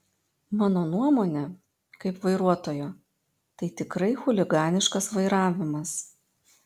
mano nuomonė kaip vairuotojo tai tikrai chuliganiškas vairavimas